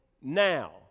now